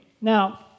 Now